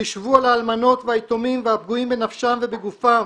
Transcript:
חישבו על האלמנות והיתומים והפגועים בנפשם ובגופם,